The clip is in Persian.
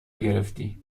گرفتی